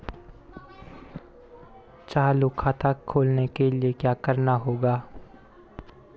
चालू खाता खोलने के लिए क्या करना होगा?